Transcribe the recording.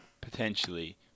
Potentially